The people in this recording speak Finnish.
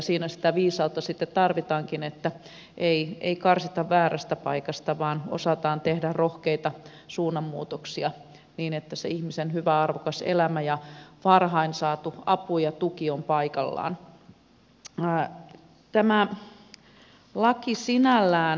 siinä sitä viisautta sitten tarvitaankin että ei karsita väärästä paikasta vaan osataan tehdä rohkeita suunnanmuutoksia niin että se ihmisen hyvä arvokas elämä ja varhain saatu apu ja tuki on paikallaan